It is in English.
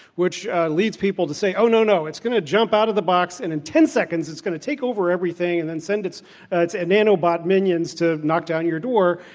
which leads people to say, oh, no, no. it's going to jump out of the box and in ten seconds it's going to take over everything, and then send its its and nanobot minions to knock down your door.